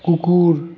কুকুর